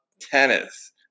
tennis